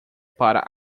para